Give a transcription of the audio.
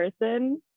person